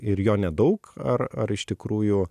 ir jo nedaug ar ar iš tikrųjų